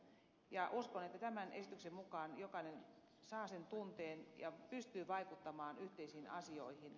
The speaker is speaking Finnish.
uskon että tämän esityksen mukaan jokainen saa sen tunteen ja pystyy vaikuttamaan yhteisiin asioihin